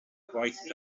gwaith